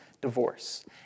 divorce